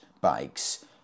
bikes